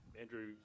Andrew